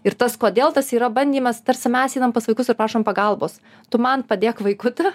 ir tas kodėl tas yra bandymas tarsi mes einam pas vaikus ir prašom pagalbos tu man padėk vaikuti